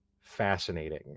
fascinating